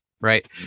right